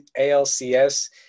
ALCS